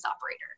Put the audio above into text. operator